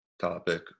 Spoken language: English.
topic